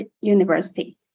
university